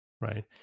Right